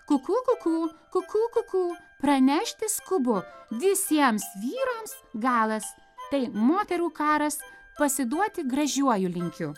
kukū kukū kukū kukū pranešti skubu visiems vyrams galas tai moterų karas pasiduoti gražiuoju linkiu